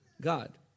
God